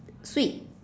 sweet